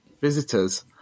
visitors